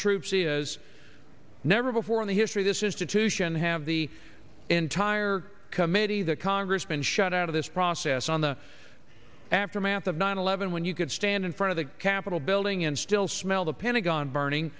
troops is never before in the history of this institution have the entire committee the congress been shut out of this process on the aftermath of nine eleven when you could stand in front of the capitol building and still smell the pentagon burning